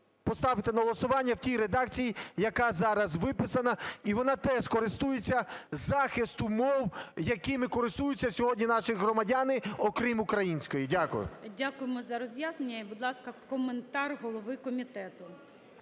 поставити на голосування в тій редакції, яка зараз виписана, і вона теж користується… захисту мов, якими користуються сьогодні наші громадяни, окрім української. Дякую. ГОЛОВУЮЧИЙ. Дякуємо за роз'яснення. І, будь ласка, коментар голови комітету.